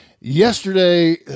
yesterday